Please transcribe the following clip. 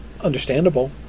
understandable